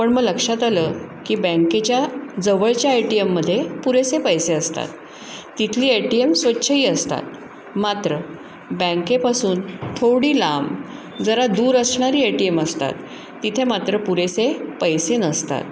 पण मग लक्षात आलं की बँकेच्या जवळच्या ए टी एममध्ये पुरेसे पैसे असतात तिथली ए टी एम स्वच्छही असतात मात्र बँकेपासून थोडी लांब जरा दूर असणारी ए टी एम असतात तिथे मात्र पुरेसे पैसे नसतात